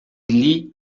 lee